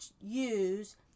use